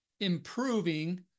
improving